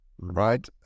Right